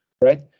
right